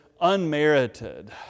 unmerited